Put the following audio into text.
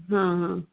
ಹಾಂ ಹಾಂ